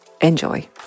Enjoy